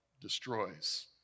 destroys